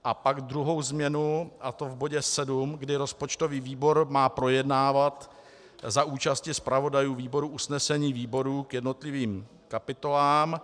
A pak druhou změnu, a to v bodě 7, kdy rozpočtový výbor má projednávat za účasti zpravodajů výborů usnesení výborů k jednotlivým kapitolám.